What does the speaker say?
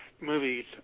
movies